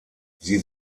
sie